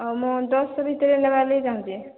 ହଁ ମୁଁ ଦଶ ତାରିଖ ଭିତରେ ନେବା ଲାଗି ଚାଁହୁଛି